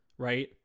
Right